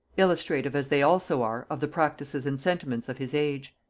illustrative as they also are of the practices and sentiments of his age.